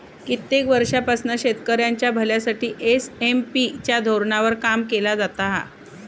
कित्येक वर्षांपासना शेतकऱ्यांच्या भल्यासाठी एस.एम.पी च्या धोरणावर काम केला जाता हा